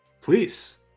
Please